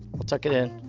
we'll tuck it in,